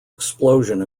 explosion